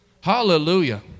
Hallelujah